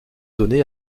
donné